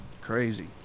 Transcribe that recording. Crazy